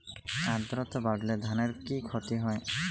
আদ্রর্তা বাড়লে ধানের কি ক্ষতি হয়?